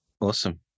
Awesome